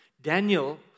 Daniel